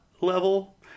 level